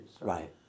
Right